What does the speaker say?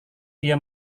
dia